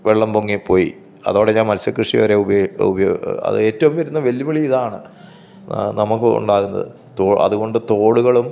വെള്ളം പൊങ്ങി പോയി അതോടെ ഞാന് മത്സ്യക്കൃഷി വരെ അതേറ്റവും വരുന്ന വെല്ലുവിളി ഇതാണ് നമുക്ക് ഉണ്ടാകുന്നത് അതുകൊണ്ട് തോടുകളും